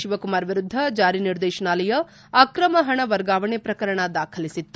ಶಿವಕುಮಾರ್ ವಿರುದ್ದ ಜಾರಿ ನಿರ್ದೇಶನಾಲಯ ಅಕ್ರಮ ಪಣ ವರ್ಗಾವಣೆ ಪ್ರಕರಣ ದಾಖಲಿಸಿತ್ತು